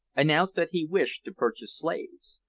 announced that he wished to purchase slaves.